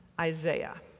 Isaiah